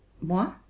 moi